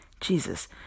Jesus